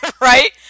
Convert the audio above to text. right